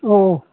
ꯑꯣ